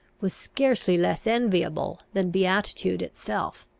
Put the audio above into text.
was scarcely less enviable than beatitude itself.